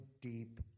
deep